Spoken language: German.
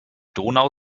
donau